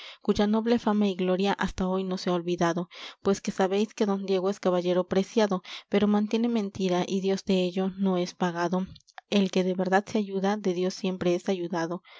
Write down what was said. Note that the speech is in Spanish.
cuya noble fama y gloria hasta hoy no se ha olvidado pues que sabéis que don diego es caballero preciado pero mantiene mentira y dios dello no es pagado el que de verdad se ayuda de dios siempre es ayudado